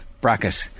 bracket